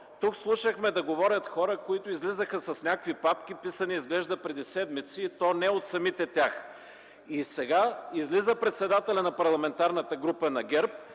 Тук слушахме да говорят хора, които излизаха с някакви папки, писани изглежда преди седмици, и то не от самите тях. Сега излиза заместник-председателят на Парламентарната група на ГЕРБ